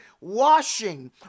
washing